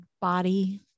body